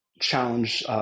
challenge